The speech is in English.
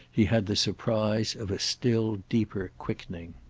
he had the surprise of a still deeper quickening.